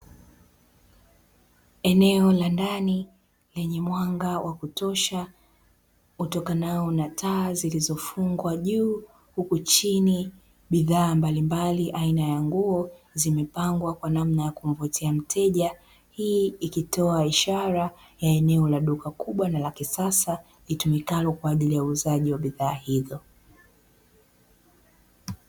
Eneo la ndani lenye mwanga wa kutosha utokanao na taa zilizofungwa juu huku chini bidhaa mbalimbali aina ya nguo zimepangwa kwa namna ya kumvutia mteja. Hii ikitoa ishara ya eneo la duka kubwa na la kisasa itumikalo kwa ajili ya uuzaji wa bishaa hizo.